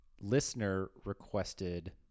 listener-requested